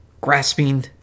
grasping